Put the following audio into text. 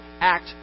act